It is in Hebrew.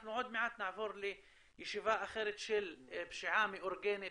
אנחנו עוד מעט נעבור לישיבה אחרת בנושא של פשיעה מאורגנת,